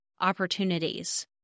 opportunities